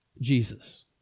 Jesus